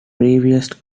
provided